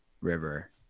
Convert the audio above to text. River